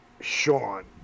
sean